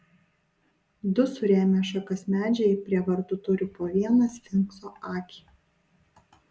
du surėmę šakas medžiai prie vartų turi po vieną sfinkso akį